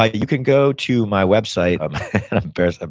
like you can go to my website. i'm embarrassed,